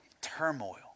turmoil